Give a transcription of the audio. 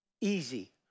easy